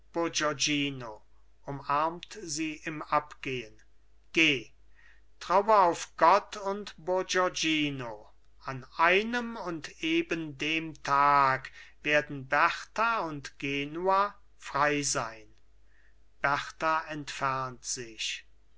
umarmt sie im abgehen geh traue auf gott und bourgognino an einem und eben dem tag werden berta und genua frei sein berta entfernt sich